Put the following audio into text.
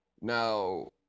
Now